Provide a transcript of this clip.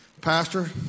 Pastor